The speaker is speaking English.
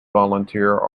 volunteer